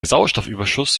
sauerstoffüberschuss